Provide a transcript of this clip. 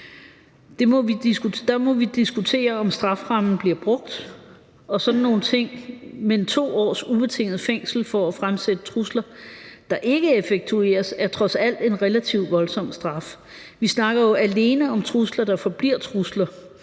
Der må vi diskutere, om strafferammen bliver brugt og sådan nogle ting, men 2 års ubetinget fængsel for at fremsætte trusler, der ikke effektueres, er trods alt en relativt voldsom straf. Vi snakker jo alene om trusler, der forbliver trusler.